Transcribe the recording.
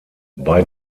bei